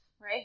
right